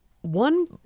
one